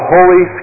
Holy